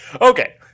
Okay